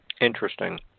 Interesting